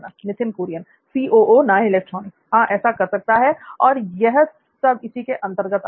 नित्थिन कुरियन हां ऐसा कर सकता है और यह सब इसी के अंतर्गत आएगा